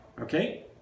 Okay